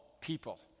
people